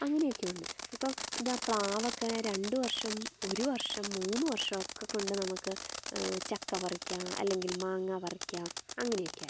അങ്ങനെയൊക്കെയുണ്ട് ഇപ്പം ദേ പ്ലാവക്കെ രണ്ട് വർഷം ഒരു വർഷം മൂന്ന് വർഷമൊക്കെ കൊണ്ട് നമുക്ക് ചക്ക പറിക്കാം അല്ലെങ്കിൽ മാങ്ങ പറിക്കാം അങ്ങനൊക്കെ ആയി